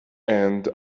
end